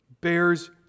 bears